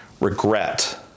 regret